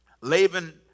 Laban